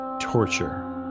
torture